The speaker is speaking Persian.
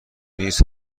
نیز